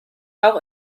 auch